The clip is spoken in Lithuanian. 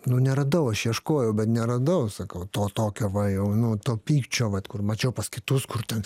nu neradau aš ieškojau bet neradau sakau to tokio va jau nu to pykčio vat kur mačiau pas kitus kur ten